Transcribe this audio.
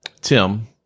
Tim